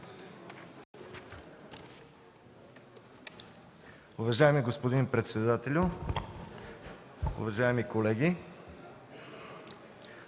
Уважаеми господин председател, уважаеми дами